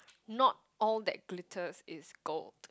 not all that glitters is gold